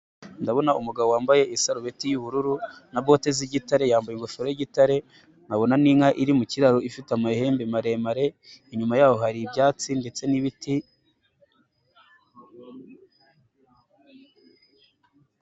Ndabona umugabo wambaye isarubeti y'ubururu na bote z'igitare yambaye ingofero y'igitare, nkabona n'inka iri mu kiraro ifite amahembe maremare, inyuma yaho hari ibyatsi ndetse n'ibiti.